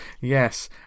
Yes